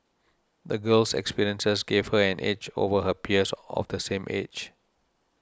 the girl's experiences gave her an edge over her peers of the same age